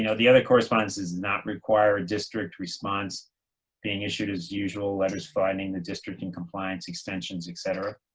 you know the other correspondence does not require a district response being issued as usual, letters finding the district in compliance, extensions, et cetera.